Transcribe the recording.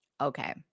Okay